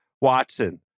Watson